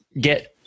get